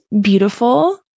beautiful